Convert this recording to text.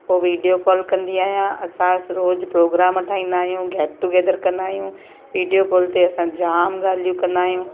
पोइ video call कंदी आहियां असां रोज़ु प्रोग्राम ठाहींदा आहियूं गैट टूगैदर कंदा आहियूं वीडियो कॉल ते असां जामु ॻाल्हियूं कंदा आहियूं